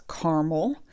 caramel